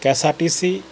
K S R T C